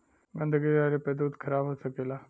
गन्दगी रहले पर दूध खराब हो सकेला